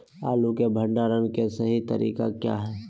आलू के भंडारण के सही तरीका क्या है?